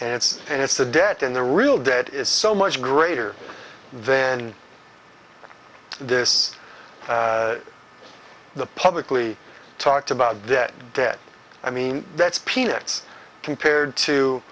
and it's and it's the debt in the real that is so much greater then this the publicly talked about dead dead i mean that's peanuts compared to